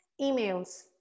emails